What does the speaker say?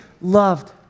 loved